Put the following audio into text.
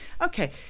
Okay